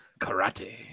Karate